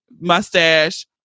mustache